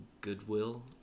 Goodwill